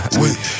wait